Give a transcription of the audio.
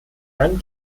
dann